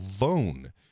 alone